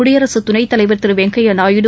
குடியரசுதுணைத்தலைவா் திருவெங்கையாநாயுடு